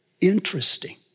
interesting